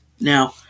Now